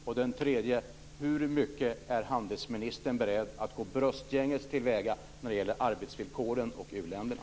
För det tredje: Hur mycket är handelsministern beredd att gå bröstgänges till väga när det gäller arbetsvillkoren och u-länderna?